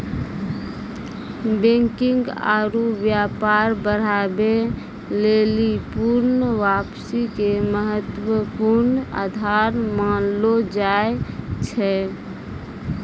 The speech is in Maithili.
बैंकिग आरु व्यापार बढ़ाबै लेली पूर्ण वापसी के महत्वपूर्ण आधार मानलो जाय छै